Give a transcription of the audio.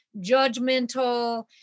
judgmental